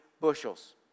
bushels